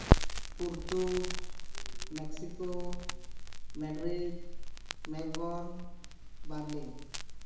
Porto Mexico Madrid Melbourne Berlin